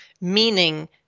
meaning